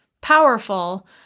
powerful